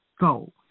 go